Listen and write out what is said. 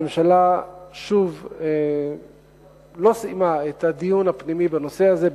הממשלה שוב לא סיימה את הדיון הפנימי בנושא הזה,